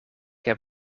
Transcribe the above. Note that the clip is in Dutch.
heb